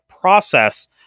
process